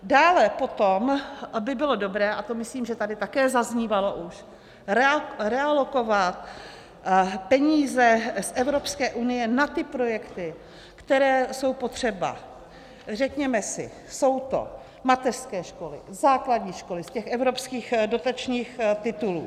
Dále potom by bylo dobré, a myslím, že to tady také už zaznívalo, realokovat peníze Evropské unie na ty projekty, které jsou potřeba řekněme si, jsou to mateřské školy, základní školy z těch evropských dotačních titulů.